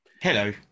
Hello